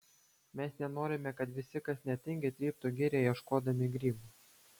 mes nenorime kad visi kas netingi tryptų girią ieškodami grybų